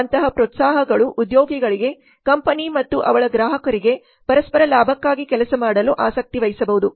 ಅಂತಹ ಪ್ರೋತ್ಸಾಹಗಳು ಉದ್ಯೋಗಿಗಳಿಗೆ ಕಂಪನಿ ಮತ್ತು ಅವಳ ಗ್ರಾಹಕರಿಗೆ ಪರಸ್ಪರ ಲಾಭಕ್ಕಾಗಿ ಕೆಲಸ ಮಾಡಲು ಆಸಕ್ತಿ ವಹಿಸಬಹುದು